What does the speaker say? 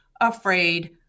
afraid